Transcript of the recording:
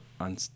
on